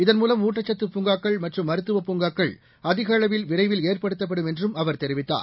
இதன்மூலம் ஊட்டச்சத்து பூங்காக்கள் மற்றும் மருத்துவ பூங்காக்கள் அதிக அளவில் விரைவில் ஏற்படுத்தப்படும் என்றும் அவர் தெரிவித்தார்